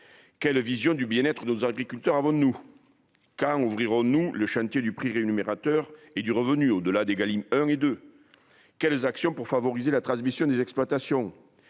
quelle vision du bien-être de nos agriculteurs, avant de nous quand ouvriront nous le chantier du prix rémunérateurs et du revenu au, delà de Ghalib hein et de quelles actions pour favoriser la transmission des exploitations,